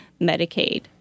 Medicaid